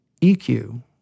EQ